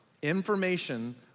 Information